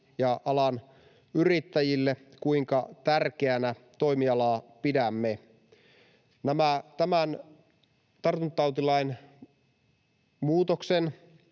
ja alan yrittäjille, kuinka tärkeänä toimialaa pidämme. Tämän tartuntatautilain muutoksen